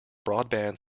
broadband